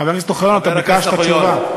חבר הכנסת אוחיון, אתה ביקשת תשובה.